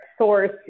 Source